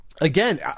again